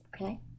Okay